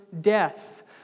death